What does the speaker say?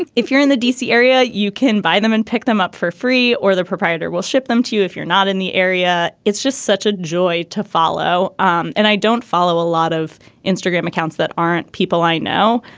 if you're in the d c. area you can buy them and pick them up for free or the proprietor will ship them to you if you're not in the area. it's just such a joy to follow um and i don't follow a lot of instagram accounts that aren't people i know.